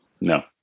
No